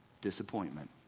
Disappointment